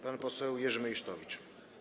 Pan poseł Jerzy Meysztowicz.